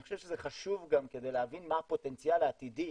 אני חושב שזה חשוב גם כדי להבין מה הפוטנציאל העתידי,